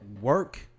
work